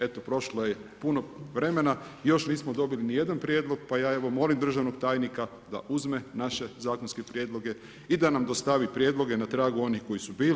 Eto, prošlo je puno vremena, još nismo dobili ni jedan prijedlog, pa ja molim državnog tajnika da uzme naše zakonske prijedloge i da nam dostavi prijedloge na tragu onih koji su bili.